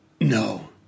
No